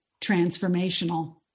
transformational